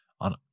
on